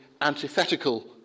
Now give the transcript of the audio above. antithetical